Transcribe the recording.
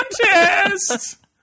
contest